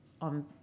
on